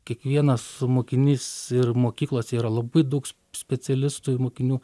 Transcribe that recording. kiekvienas mokinys ir mokyklose yra labai daug specialistų mokinių